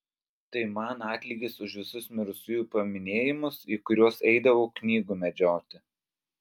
tai man atlygis už visus mirusiųjų paminėjimus į kuriuos eidavau knygų medžioti